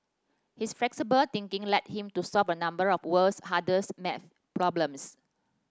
his flexible thinking led him to solve a number of the world's hardest math problems